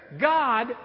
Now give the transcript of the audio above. God